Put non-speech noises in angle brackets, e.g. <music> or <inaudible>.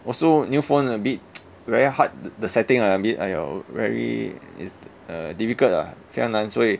also new phone a bit <noise> very hard the the setting like bit !aiyo! very it's uh difficult ah 这样难所以